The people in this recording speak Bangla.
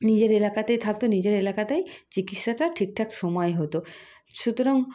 নিজের এলাকাতেই থাকত নিজের এলাকাতেই চিকিৎসাটা ঠিকঠাক সময়ে হতো সুতরাং